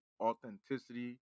authenticity